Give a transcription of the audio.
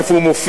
איפה הוא מופיע,